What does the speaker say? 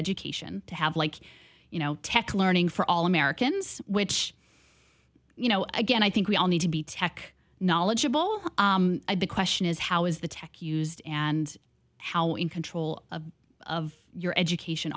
education to have like you know tech learning for all americans which you know again i think we all need to be tech knowledgeable the question is how is the tech used and how in control of your education